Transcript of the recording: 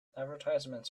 advertisements